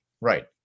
Right